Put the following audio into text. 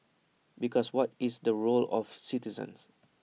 because what is the role of citizens